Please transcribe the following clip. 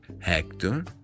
Hector